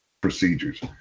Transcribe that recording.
procedures